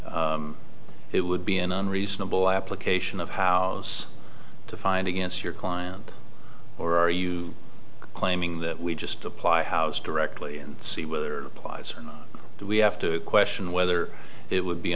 whether it would be an unreasonable application of house to find against your client or are you claiming that we just apply house directly and see whether plies do we have to question whether it would be